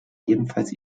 ebenfalls